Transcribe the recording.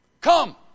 Come